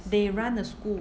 they run a school